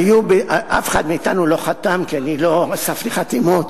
אף אחד מאתנו לא חתם, כי אני לא אספתי חתימות.